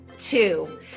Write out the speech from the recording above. two